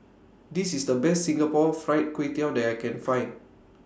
This IS The Best Singapore Fried Kway Tiao that I Can Find